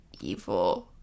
evil